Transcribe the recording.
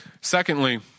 Secondly